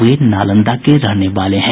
वे नालंदा के रहने वाले हैं